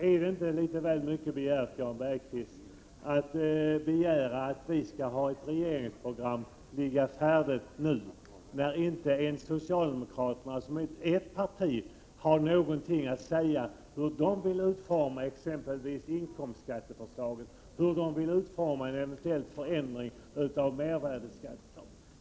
Är det inte litet väl mycket begärt, Jan Bergqvist, att vi skall ha ett regeringsprogram liggande färdigt nu, när inte ens socialdemokraterna, som är eft parti, har någonting att säga om hur de vill utforma exempelvis inkomstskatteförslaget, hur de vill utforma en eventuell förändring av mervärdeskatten?